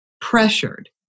pressured